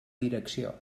direcció